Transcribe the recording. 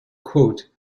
ultimate